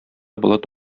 болыт